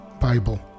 Bible